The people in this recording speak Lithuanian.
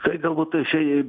tai galbūt tai čia